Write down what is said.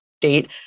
date